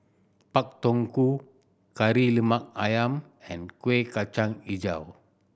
Pak Thong Ko Kari Lemak Ayam and Kueh Kacang Hijau